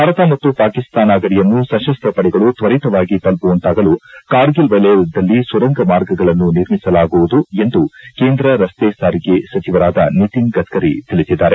ಭಾರತ ಮತ್ತು ಪಾಕಿಸ್ತಾನ ಗಡಿಯನ್ನು ಸತಸ್ತ ಪಡೆಗಳು ತ್ವರಿತವಾಗಿ ತಲುಪುವಂತಾಗಲು ಕಾರ್ಗಿಲ್ ವಲಯದಲ್ಲಿ ಸುರಂಗ ಮಾರ್ಗಗಳನ್ನು ನಿರ್ಮಿಸಲಾಗುವುದು ಎಂದು ಕೇಂದ್ರ ರಸ್ತೆ ಸಾರಿಗೆ ಸಚಿವರಾದ ನಿತಿನ್ ಗಡ್ಡರಿ ತಿಳಿಸಿದ್ದಾರೆ